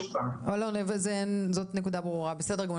אלון, הנקודה ברורה, בסדר גמור.